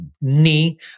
knee